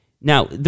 Now